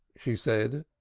she said,